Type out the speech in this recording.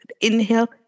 Inhale